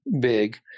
big